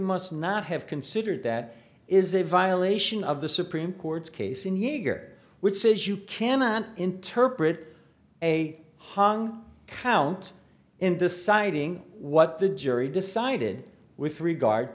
must not have considered that is a violation of the supreme court's case in yeager which says you cannot interpret a hung count in deciding what the jury decided with regard